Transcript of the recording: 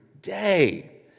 day